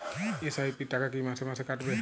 SIP র টাকা কী মাসে মাসে কাটবে?